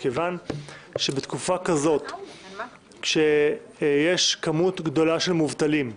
מכיוון שבתקופה כזאת, כשיש כמות גדולה של מובטלים,